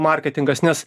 marketingas nes